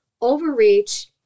overreach